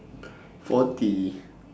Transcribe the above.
forty